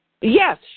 Yes